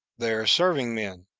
their serving men,